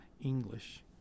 English